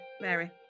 Mary